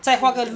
进步